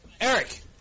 Eric